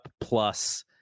Plus